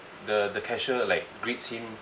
the the cashier like greets him